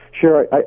sure